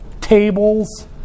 tables